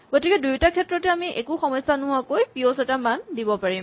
গতিকে দুয়োটা ক্ষেত্ৰতে আমি একো সমস্যা নোহোৱাকৈ পিঅ'ছ এটা মান দিব পাৰিম